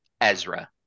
Ezra